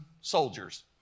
soldiers